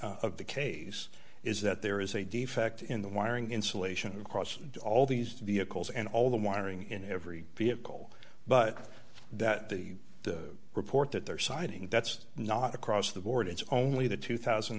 of the case is that there is a defect in the wiring insulation across all these vehicles and all the wiring in every vehicle but that the report that they're citing that's not across the board it's only the tw